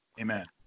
Amen